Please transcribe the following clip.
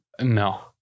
No